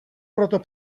proto